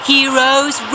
Heroes